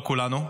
לא כולנו,